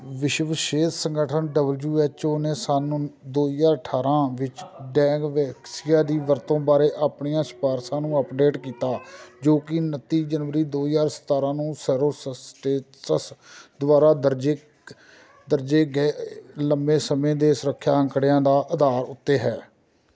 ਵਿਸ਼ਵ ਸਿਹਤ ਸੰਗਠਨ ਡਬਲਯੂ ਐੱਚ ਓ ਨੇ ਸਾਨੂੰ ਦੋ ਹਜ਼ਾਰ ਅਠਾਰ੍ਹਾਂ ਵਿੱਚ ਡੈਂਗਵੈਕਸੀਆ ਦੀ ਵਰਤੋਂ ਬਾਰੇ ਆਪਣੀਆਂ ਸਿਫਾਰਸ਼ਾਂ ਨੂੰ ਅਪਡੇਟ ਕੀਤਾ ਜੋ ਕਿ ਉਨੱਤੀ ਜਨਵਰੀ ਦੋ ਹਜ਼ਾਰ ਸਤਾਰ੍ਹਾਂ ਨੂੰ ਸਰੋਸਸਟੇਟਸ ਦੁਆਰਾ ਦਰਜੇ ਦਰਜੇ ਗਏ ਲੰਮੇ ਸਮੇਂ ਦੇ ਸੁਰੱਖਿਆ ਅੰਕੜਿਆਂ ਦਾ ਆਧਾਰ ਉੱਤੇ ਹੈ